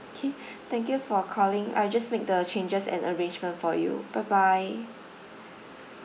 okay thank you for calling I just make the changes and arrangement for you bye bye